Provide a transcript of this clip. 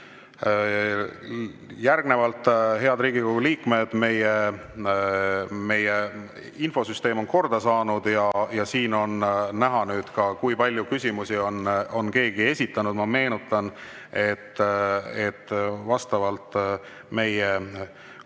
head Riigikogu liikmed, meie infosüsteem on korda saanud ja siin on näha ka, kui palju küsimusi on keegi esitanud. Ma meenutan, et vastavalt meie kodu-